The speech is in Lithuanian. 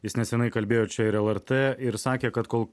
jis nesenai kalbėjo čia ir lrt ir sakė kad kol